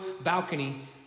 balcony